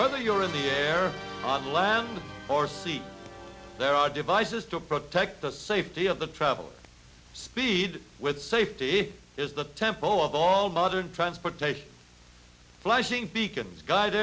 whether you're in the air on land or sea there are devices to protect the safety of the traveler speed with safety is the tempo of all modern transportation flashing beacons guide